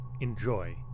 Enjoy